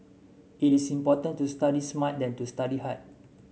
it is important to study smart than to study hard